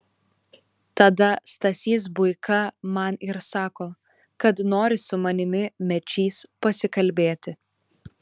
tada stasys buika man ir sako kad nori su manimi mečys pasikalbėti